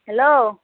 hello